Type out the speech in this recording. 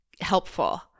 helpful